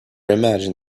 imagined